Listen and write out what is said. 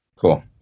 cool